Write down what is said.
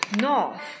north